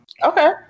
Okay